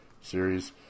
series